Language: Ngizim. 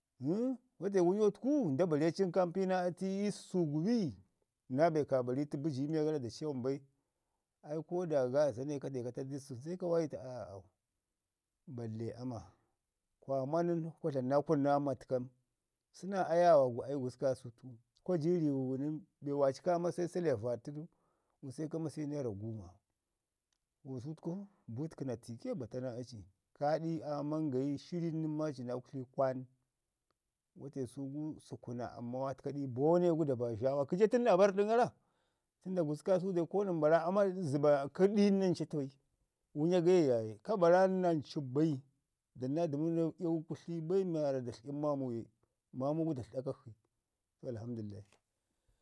wate wunya təku nda bare cin kaa mpi naa atu ii səsu gu bi na be ka bari tu bəji ii miya gara da ci ngum bai, ai ko da gaaza ne kade ka taɗu du i səsun se ka waji tu ayaaula au balle ama, kwa manun kwa dlamu naa kun naa matkam, səna ayaawa gu ai gusku kaasutku, kwa ji rku nən, be waaci kamase səle vaɗ tən gusku se ka masi nera guuma. Gusku təku, butkəna tiike bata naa aci. Kaɗi aaman gayi shirin nən ma ci naa kutli kwan wate su gu sukuna amman wa təkaɗi boone gu da baazha wa. Kəja tən naabai ərrdən gara, tən da gusku kaasau dai ko nən bara ama zəba kə ɗin nan ca tu bai, wunya gaye yaye, ka baran nancu bai, domin naa yawu kutli bai mi waarra da tləɗin maamu ye. Maamu gu da tləɗa kakshi. Alhamdulillah.